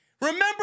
Remember